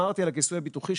שמרתי על הכיסוי הביטוחי,